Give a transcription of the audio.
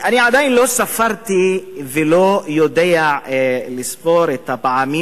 אני עדיין לא ספרתי ולא יודע לספור את הפעמים